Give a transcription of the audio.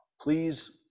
please